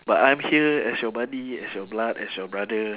but I'm here as your buddy as your blood as your brother